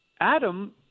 Adam